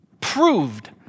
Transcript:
proved